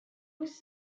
was